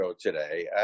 today